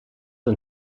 een